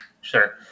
sure